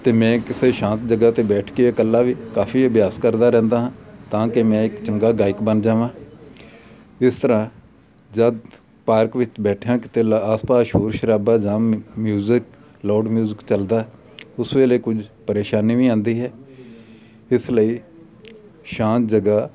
ਅਤੇ ਮੈਂ ਕਿਸੇ ਸ਼ਾਂਤ ਜਗ੍ਹਾ 'ਤੇ ਬੈਠ ਕੇ ਇਕੱਲਾ ਵੀ ਕਾਫੀ ਅਭਿਆਸ ਕਰਦਾ ਰਹਿੰਦਾ ਹਾਂ ਤਾਂ ਕਿ ਮੈਂ ਇੱਕ ਚੰਗਾ ਗਾਇਕ ਬਣ ਜਾਵਾਂ ਇਸ ਤਰ੍ਹਾਂ ਜਦ ਪਾਰਕ ਵਿੱਚ ਬੈਠਿਆਂ ਕਿਤੇ ਲ ਆਸ ਪਾਸ ਸ਼ੋਰ ਸ਼ਰਾਬਾ ਜਾਂ ਮ ਮਿਊਜ਼ਿਕ ਲੋਡ ਮਿਊਜਿਕ ਚੱਲਦਾ ਹੈ ਉਸ ਵੇਲੇ ਕੁਝ ਪਰੇਸ਼ਾਨੀ ਵੀ ਆਉਂਦੀ ਹੈ ਇਸ ਲਈ ਸ਼ਾਂਤ ਜਗ੍ਹਾ